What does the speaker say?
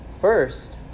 First